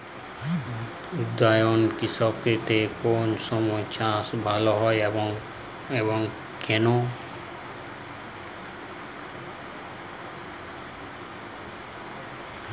উদ্যান কৃষিতে কোন সময় চাষ ভালো হয় এবং কেনো?